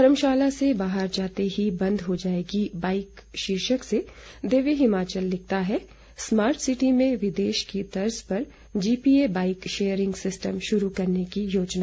धर्मशाला से बाहर जाते ही बंद हो जाएगी बाइक शीर्षक से दिव्य हिमाचल लिखता है स्मार्ट सिटी में विदेश की तर्ज पर जीपीए बाइक शेयरिंग सिस्टम शुरू करने की योजना